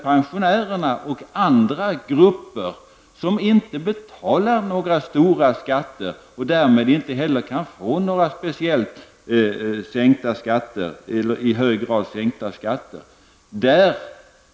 Pensionärerna och andra grupper som inte betalar några stora skatter kan därmed inte få en i hög grad sänkt skatt.